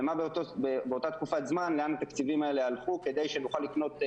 ומה באותה תקופת זמן לאן התקציבים האלה הלכו כדי שנוכל לקנות מיטות,